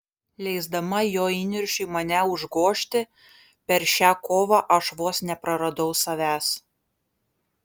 leisdama jo įniršiui mane užgožti per šią kovą aš vos nepraradau savęs